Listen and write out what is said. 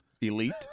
elite